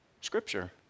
scripture